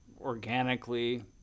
organically